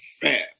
fast